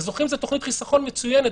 לזוכים זו תכנית חיסכון מצוינת,